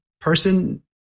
person